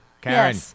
Karen